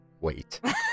wait